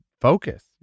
focus